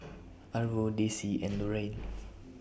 Arvo Dessie and Loraine